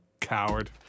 Coward